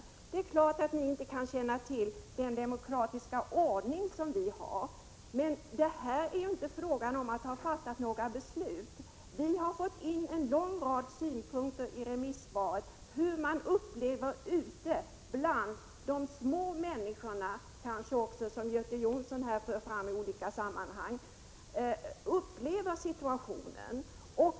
Men det är klart att ni inte kan känna till den demokratiska ordning som vi har. Här är det inte fråga om att man skulle ha fattat några beslut. Vi har genom remissvaren fått in en rad synpunkter samt redogörelse för hur de små människorna, som också Göte Jonsson talar om i olika sammanhang, upplever situationen.